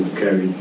carry